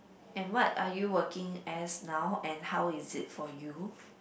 and what are you working as now and how is it for you